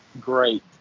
Great